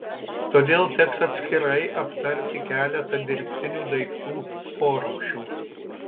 todėl teks atskirai aptarti keletą dirbtinių daiktų porūšių